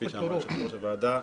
כפי שאמרה יושבת-ראש הוועדה,